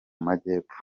majyepfo